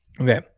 Okay